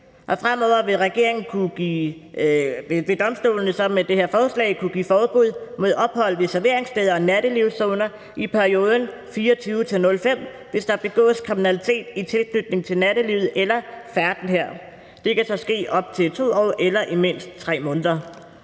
fremover vil domstolene så med det her forslag kunne give forbud mod ophold ved serveringssteder og nattelivszoner i perioden kl. 24-05, hvis der begås kriminalitet i tilknytning til nattelivet eller færden her. Det kan så ske op til 2 år eller i mindst 3 måneder.